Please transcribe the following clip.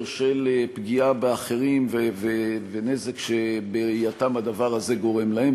של פגיעה באחרים ונזק שבראייתם הדבר הזה גורם להם,